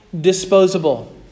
disposable